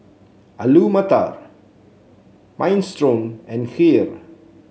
Alu Matar Minestrone and Kheer